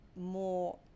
more